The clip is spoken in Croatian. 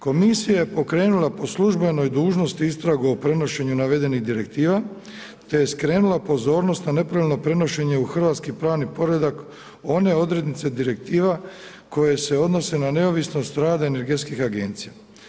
Komisija je pokrenula po službenom dužnosti istragu o prenošenju navedenih direktiva, te je skrenula pozornost na nepravilno prenošenje u hrvatski pravni poredak, one odrednice direktiva, koje se odnose na neovisno stradanje energetskih agencija.